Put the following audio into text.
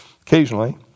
occasionally